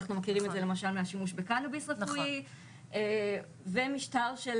אנחנו מכירים את זה למשל מהשימוש בקנביס רפואי ומשטר של